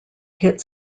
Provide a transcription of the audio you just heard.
hit